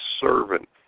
servant